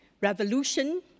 revolution